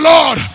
Lord